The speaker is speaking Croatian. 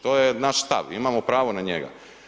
To je naš stav, imamo pravo na njega.